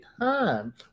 time